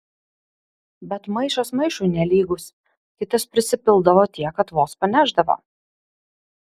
bet maišas maišui nelygus kitas prisipildavo tiek kad vos panešdavo